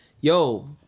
yo